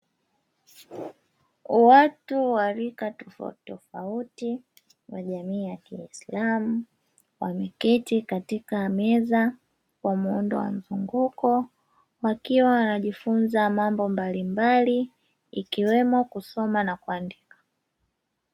Watu wa rika tofautitofauti wa jamii ya kiislamu, wameketi katika meza kwa muundo wa mzunguko, wakiwa wanajifunza mambo mbalimbali, ikiwemo kusoma na kuandika.